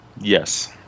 Yes